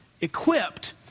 equipped